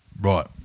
Right